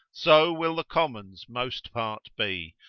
so will the commons most part be,